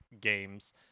games